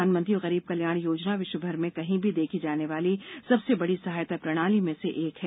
प्रधानमंत्री गरीब कल्याण योजना विश्व भर में कहीं भी देखी जाने वाली सबसे बड़ी सहायता प्रणाली में से एक है